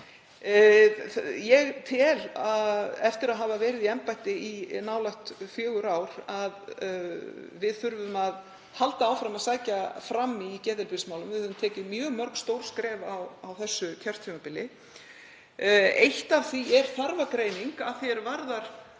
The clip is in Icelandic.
vanda. Eftir að hafa verið í embætti í nálægt fjögur ár tel ég að við þurfum að halda áfram að sækja fram í geðheilbrigðismálum. Við höfum tekið mjög mörg stór skref á þessu kjörtímabili. Eitt af því er þarfagreining að því er varðar